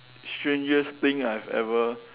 strangest thing I've ever